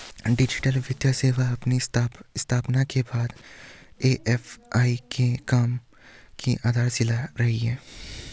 digital वित्तीय सेवा अपनी स्थापना के बाद से ए.एफ.आई के काम की आधारशिला रही है